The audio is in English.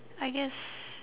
I guess